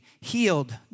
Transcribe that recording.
healed